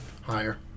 higher